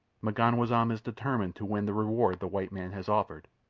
m'ganwazam is determined to win the reward the white man has offered.